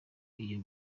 iyo